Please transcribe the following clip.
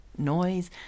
noise